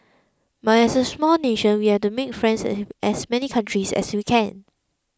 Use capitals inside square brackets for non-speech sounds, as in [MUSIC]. but as a small nation we have to make friends [UNINTELLIGIBLE] as many countries as we can